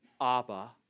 Abba